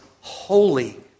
Holy